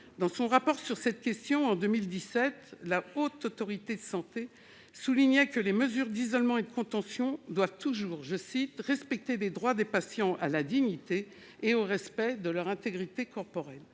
Dans son rapport sur cette question, en 2017, la Haute Autorité de santé soulignait que les mesures d'isolement et de contention doivent toujours « respecter les droits des patients à la dignité et au respect de leur intégrité corporelle »,